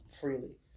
freely